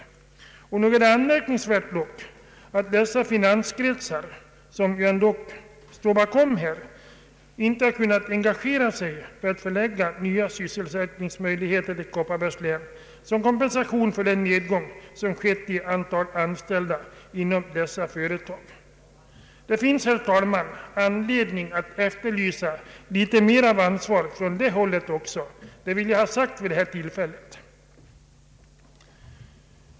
Nog är det anmärkningsvärt att dessa finanskretsar inte har kunnat engagera sig för att skaffa nya sysselsättningsmöjligheter till Kopparbergs län som kompensation för den nedgång som skett av antalet anställda. Det finns, herr talman, anledning att efterlysa större ansvar från det hållet. Det vill jag ha sagt vid det här tillfället.